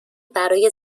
برای